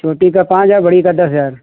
छोटी का पाँच हजार बड़ी का दस हज़ार